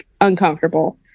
uncomfortable